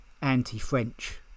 anti-French